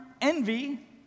envy